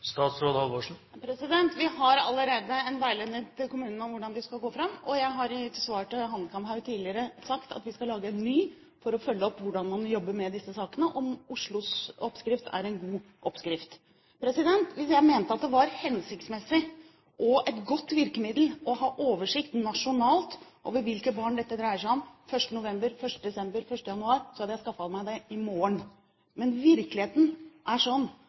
Vi har allerede en veiledning til kommunene om hvordan de skal gå fram, og jeg har i mitt svar til Hanekamhaug tidligere sagt at vi skal lage en ny for å følge opp hvordan man jobber med disse sakene – om Oslos oppskrift er en god oppskrift. Hvis jeg mente at det var hensiktsmessig og et godt virkemiddel å ha oversikt nasjonalt over hvilke barn dette dreier seg om 1. november, 1. desember, 1. januar så hadde jeg skaffet meg det i morgen. Men virkeligheten er sånn